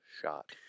shot